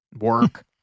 work